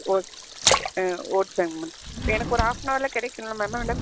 okay எனக்கு ஒரு half an ஹவரில் கிடைக்கும்ல மேடம்